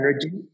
energy